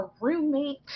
roommate